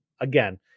again